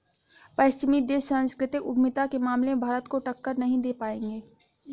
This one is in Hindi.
पश्चिमी देश सांस्कृतिक उद्यमिता के मामले में भारत को टक्कर नहीं दे पाएंगे